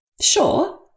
sure